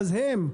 ואז הם,